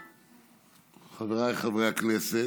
חבריי חברי הכנסת,